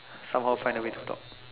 somehow find a way to talk